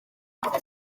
paid